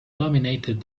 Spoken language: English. dominated